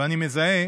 ואני מזהה